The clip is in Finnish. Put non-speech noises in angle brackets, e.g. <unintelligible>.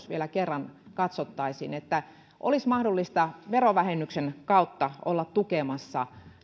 <unintelligible> vielä kerran katsottaisiin että olisi mahdollista verovähennyksen kautta olla tukemassa